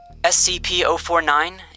SCP-049